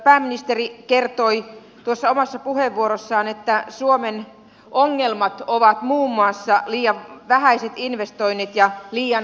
pääministeri kertoi omassa puheenvuorossaan että suomen ongelmat ovat muun muassa liian vähäiset investoinnit ja liian heikko kasvupotentiaali